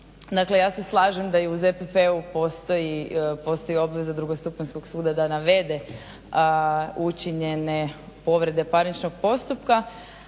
Dakle, ja se slažem da i u ZPP-u postoji obveza drugostupanjskog suda da navede učinjene povrede parničnog postupka